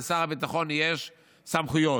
לשר הביטחון יש סמכויות.